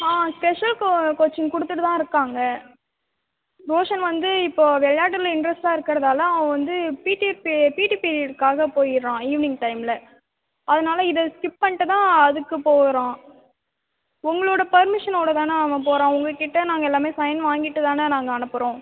ஆ special கோ coaching கொடுத்துட்டு தான் இருக்காங்க ரோஷன் வந்து இப்போது விளையாட்டுல இன்ட்ரெஸ்ட்டாக இருக்கிறதால அவன் வந்து பீட்டி பீரியட் பீட்டி பீரியட்டுக்காக போயிடுறான் ஈவினிங் டைமில் அதனால் இதை ஸ்கிப் பண்ணிட்டு தான் அதுக்கு போகிறான் உங்களோடய பர்மிஷனோடு தானே அவன் போகிறான் உங்கள் கிட்டே நாங்கள் எல்லாமே சைன் வாங்கிட்டு தானே நாங்கள் அனுப்புகிறோம்